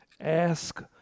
Ask